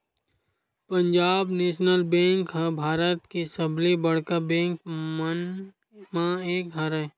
Punjab National Bank ह भारत के सबले बड़का बेंक मन म एक हरय